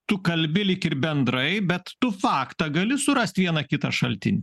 tu kalbi lyg ir bendrai bet tu faktą gali surast vieną kitą šaltinį